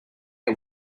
air